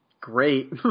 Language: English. great